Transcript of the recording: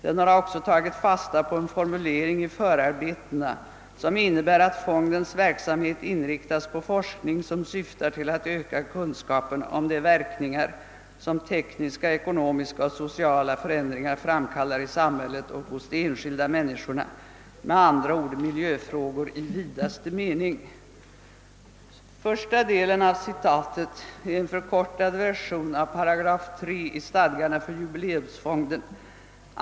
Den har också tagit fasta på en formulering i förarbetena som innebär att fondens verksamhet inriktas på »forskning som syftar till att öka kunskapen om de verkningar som tekniska, ekonomiska och sociala förändringar framkallar i samhället och hos de enskilda människorna — med andra ord miljöfrågor i vidaste mening«. Första delen av citatet är en förkortad version av 3 § i stadgarna för jubileumsfonden.